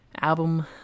album